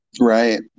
Right